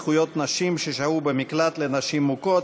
זכויות נשים ששהו במקלט לנשים מוכות),